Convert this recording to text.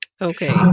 Okay